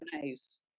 nice